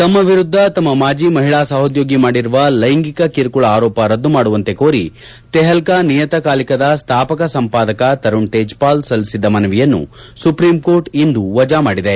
ತಮ್ಮ ವಿರುದ್ದ ತಮ್ಮ ಮಾಜಿ ಮಹಿಳಾ ಸಹೋದ್ಯೋಗಿ ಮಾಡಿರುವ ಲೈಂಗಿಕ ಕಿರುಕುಳ ಆರೋಪ ರದ್ದು ಮಾಡುವಂತೆ ಕೋರಿ ತೆಹೆಲ್ಕಾ ನಿಯತ ಕಾಲಿಕದ ಸ್ಥಾಪಕ ಸಂಪಾದಕ ತರುಣ್ ತೇಜ್ ಪಾಲ್ ಸಲ್ಲಿಸಿದ್ದ ಮನವಿಯನ್ನು ಸುಪ್ರೀಂಕೋರ್ಟ್ ಇಂದು ವಜಾ ಮಾಡಿದೆ